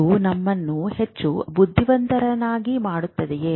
ಅದು ನಮ್ಮನ್ನು ಹೆಚ್ಚು ಬುದ್ಧಿವಂತರನ್ನಾಗಿ ಮಾಡುತ್ತದೆಯೇ